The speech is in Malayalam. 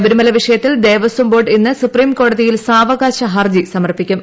ശബരിമല വിഷയത്തിൽ ദേവസ്വം ബോർഡ് ഇന്ന് സുപ്രീംകോടതിയിൽ സാവകാശ ഹർജി സമർപ്പിക്കും